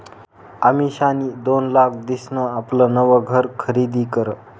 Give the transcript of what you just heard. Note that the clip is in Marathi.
अमिषानी दोन लाख दिसन आपलं नवं घर खरीदी करं